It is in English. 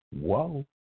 Whoa